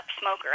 Smoker